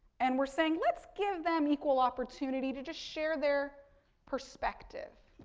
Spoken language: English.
and, we're saying let's give them equal opportunity to just share their perspective.